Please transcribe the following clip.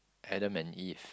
Adam and Eve